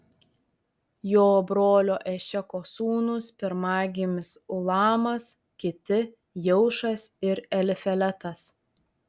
jo brolio ešeko sūnūs pirmagimis ulamas kiti jeušas ir elifeletas